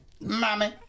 Mommy